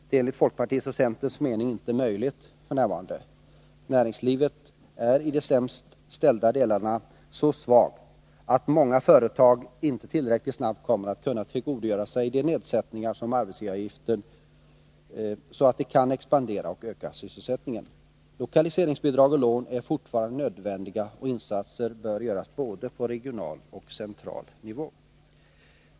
Det är enligt folkpartiets och centerns mening inte möjligt f. n. Näringslivet är i de sämst ställda delarna så svagt att många företag inte tillräckligt snabbt kommer att kunna tillgodogöra sig nedsättningarna av arbetsgivaravgifterna, så att de kan expandera och öka sysselsättningen. Lokaliseringsbidrag och lån är fortfarande nödvändiga, och insatser bör göras på både regional och central nivå.